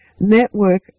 network